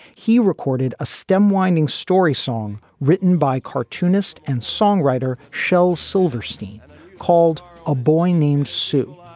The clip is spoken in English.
he recorded a stem winding story song written by cartoonist and songwriter shel silverstein called a boy named sue.